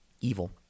Evil